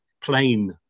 plain